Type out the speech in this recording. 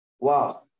Wow